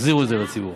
החזירו את זה לציבור.